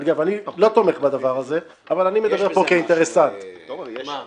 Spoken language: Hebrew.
אני לא תומך בדבר הזה, אבל אני מדבר פה כאינטרסנט.